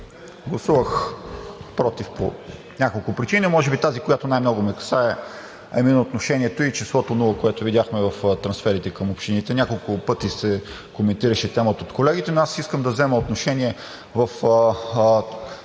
Гласувах против по няколко причини. Може би тази, която най-много ме касае, е именно отношението и числото „0“, което видяхме в трансферите към общините. Няколко пъти се коментираше темата от колегите, но аз искам да взема отношение и